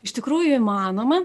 iš tikrųjų įmanoma